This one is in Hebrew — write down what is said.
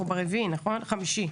אנחנו ב-5 לחודש.